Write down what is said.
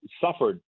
suffered